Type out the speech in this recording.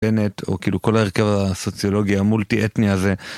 או כאילו כל הרכב הסוציולוגי המולטי אתני הזה.